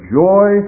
joy